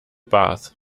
bath